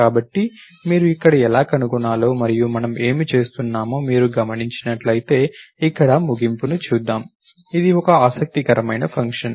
కాబట్టి మీరు ఇక్కడ ఎలా కనుగొనాలో మరియు మనము ఏమి చేస్తున్నామో మీరు గమనించినట్లయితే ఇక్కడ ముగింపుని చూద్దాం ఇది ఒక ఆసక్తికరమైన ఫంక్షన్